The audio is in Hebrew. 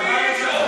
אתם מצביעים איתו.